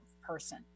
person